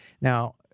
Now